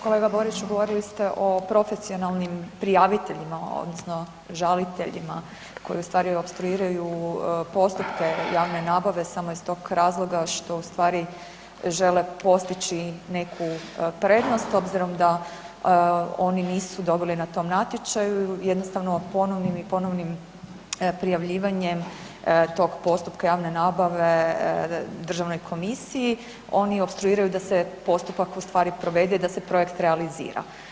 Kolega Boriću, govorili ste o profesionalnim prijaviteljima, odnosno žaliteljima koji ustvari opstruiraju postupke javne nabave samo iz tog razloga što ustvari žele postići neku prednost obzirom da oni nisu dobili na tom natječaju, jednostavno ponovnim i ponovnim prijavljivanjem tog postupka javne nabave Državnoj komisiji, oni opstruiraju da se postupak ustvari provede i da se projekt realizira.